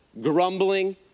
grumbling